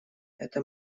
это